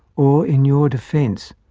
or in your defence,